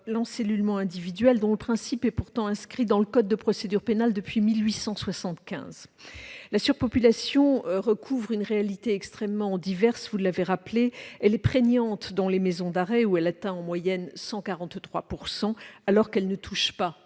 l'encellulement individuel, dont le principe est pourtant inscrit dans le code de procédure pénale depuis 1875. Cette surpopulation recouvre une réalité extrêmement diverse. Elle est prégnante dans les maisons d'arrêt, où elle atteint en moyenne 143 %, alors qu'elle ne touche pas